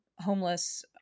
homeless